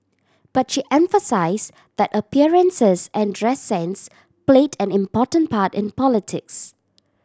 but she emphasise that appearances and dress sense played an important part in politics